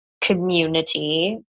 community